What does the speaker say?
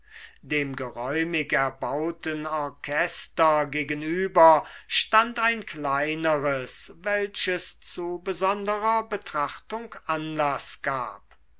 dem geräumig erbauten orchester gegenüber stand ein kleineres welches zu besonderer betrachtung anlaß gab